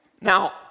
Now